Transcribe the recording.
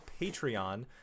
Patreon